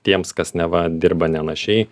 tiems kas neva dirba nenašiai